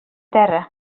terra